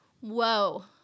whoa